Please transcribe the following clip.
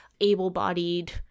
able-bodied